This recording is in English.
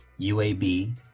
UAB